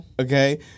Okay